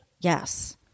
Yes